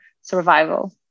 survival